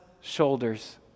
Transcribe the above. shoulders